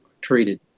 treated